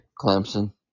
Clemson